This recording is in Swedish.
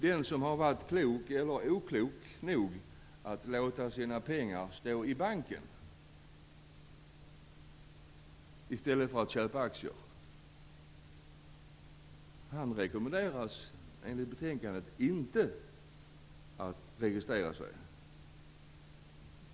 Den som har varit klok, eller oklok, nog att låta sina pengar stå inne på banken i stället för att köpa aktier rekommenderas enligt betänkandet inte att registrera sig.